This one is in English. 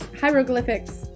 hieroglyphics